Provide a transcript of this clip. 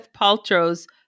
Paltrow's